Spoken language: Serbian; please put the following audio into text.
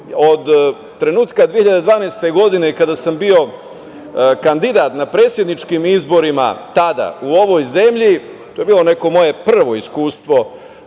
Od trenutka 2012. godine kada sam bio kandidat na predsedničkim izborima tada u ovoj zemlji, to je bilo neko moje prvo iskustvo